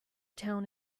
town